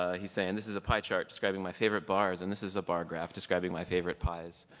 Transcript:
ah he's saying, this is a pie chart describing my favorite bars, and this is a bar graph describing my favorite pies.